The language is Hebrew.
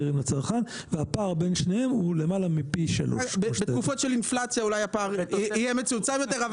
בתקופות של אינפלציה אולי הפער יהיה מצומצם יותר.